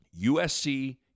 USC